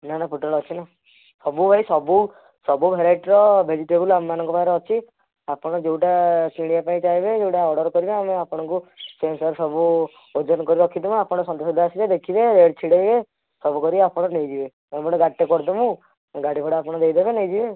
ନା ନା ପୋଟଳ ଅଛି ନା ସବୁ ଭାଇ ସବୁ ସବୁ ଭେରାଇଟିର ଭେଜିଟେବୁଲ୍ ଆମମାନଙ୍କ ପାଖରେ ଅଛି ଆପଣ ଯେଉଁଟା କିଣିବା ପାଇଁ ଚାହିଁବେ ଯେଉଁଟା ଅର୍ଡ଼ର କରିବେ ଆମେ ଆପଣଙ୍କୁ ସେଇଅନୁସାରେ ସବୁ ଓଜନ କରି ରଖିଥିବୁ ଆପଣ ସନ୍ଧ୍ୟାସୁଦ୍ଧା ଆସିବେ ଦେଖିବେ ରେଟ୍ ଛିଡ଼େଇବେ ସବୁ କରିବେ ଆପଣ ନେଇଯିବେ ଆମେ ଗୋଟେ ଗାଡ଼ିଟେ କରିଦେବୁ ଗାଡ଼ିଭଡ଼ା ଆପଣ ଦେଇଦେବେ ନେଇଯିବେ